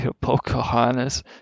Pocahontas